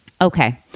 okay